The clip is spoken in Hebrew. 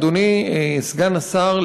אדוני סגן השר,